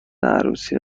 عروسی